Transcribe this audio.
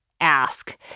ask